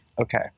Okay